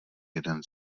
jeden